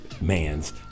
Man's